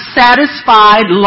satisfied